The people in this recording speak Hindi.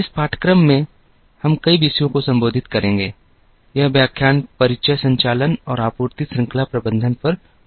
इस पाठ्यक्रम में हम कई विषयों को संबोधित करेंगे यह व्याख्यान परिचय संचालन और आपूर्ति श्रृंखला प्रबंधन पर होगा